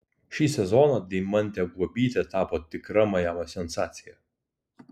šį sezoną deimantė guobytė tapo tikra majamio sensacija